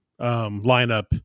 lineup